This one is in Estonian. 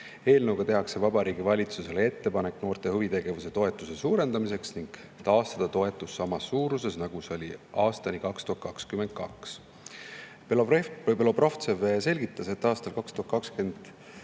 Eelnõuga tehakse Vabariigi Valitsusele ettepanek noorte huvitegevuse toetuse suurendamiseks ja taastada toetus samas suuruses, nagu see oli aastani 2022. Belobrovtsev selgitas, et aastal 2021